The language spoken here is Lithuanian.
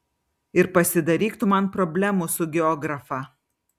ir pasidaryk tu man problemų su geografa